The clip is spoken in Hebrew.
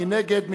מי נגד?